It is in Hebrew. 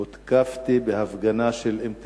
הותקפתי בהפגנה של "אם תרצו".